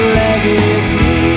legacy